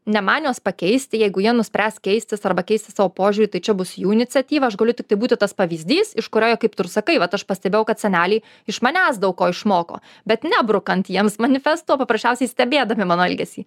ne man juos pakeisti jeigu jie nuspręs keistis arba keisti savo požiūrį tai čia bus jų iniciatyva aš galiu tiktai būti tas pavyzdys iš kurio kaip tu ir sakai vat aš pastebėjau kad seneliai iš manęs daug ko išmoko bet nebrukant jiems manifesto o paprasčiausiai stebėdami mano elgesį